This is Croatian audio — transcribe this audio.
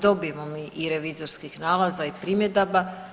Dobijemo mi i revizorskih nalaza i primjedaba.